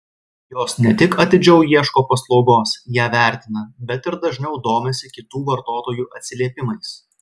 jos ne tik atidžiau ieško paslaugos ją vertina bet ir dažniau domisi kitų vartotojų atsiliepimais